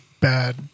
bad